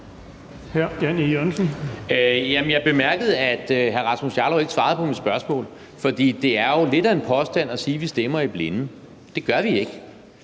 Jeg bemærkede, at hr. Rasmus Jarlov ikke svarede på mit spørgsmål, for det er jo lidt af en påstand at sige, at vi stemmer i blinde. Det gør vi ikke.